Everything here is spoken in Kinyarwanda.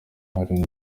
hari